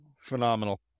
Phenomenal